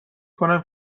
کنم